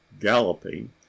galloping